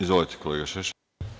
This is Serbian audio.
Izvolite, kolega Šešelj.